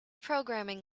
programming